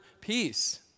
peace